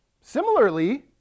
Similarly